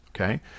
Okay